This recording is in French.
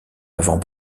avant